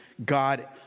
God